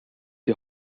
die